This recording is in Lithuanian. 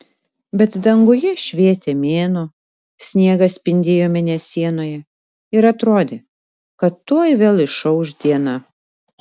bet danguje švietė mėnuo sniegas spindėjo mėnesienoje ir atrodė kad tuoj vėl išauš diena